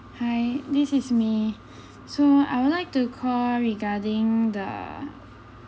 hi this is me so I would like to call regarding the